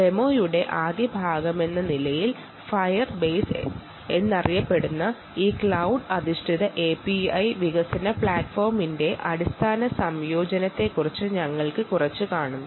ഡെമോയുടെ ആദ്യ ഭാഗമായി Firebase എന്നറിയപ്പെടുന്ന ഈ ക്ലൌഡ് അധിഷ്ഠിത API വികസന പ്ലാറ്റ്ഫോമിന്റെ അടിസ്ഥാന സംയോജനത്തെക്കുറിച്ച് ഞങ്ങൾക്ക് നോക്കാം